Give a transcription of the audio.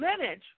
lineage